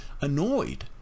annoyed